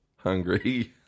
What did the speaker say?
Hungry